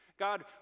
God